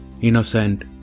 innocent